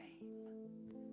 name